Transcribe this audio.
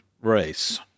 Race